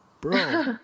Bro